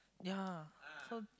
ya so